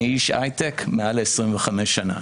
אני איש היי-טק מעל ל-25 שנים.